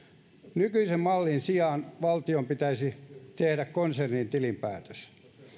nykyisen mallin sijaan valtion pitäisi tehdä konsernitilinpäätös